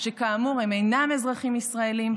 שכאמור הם אינם אזרחים ישראלים,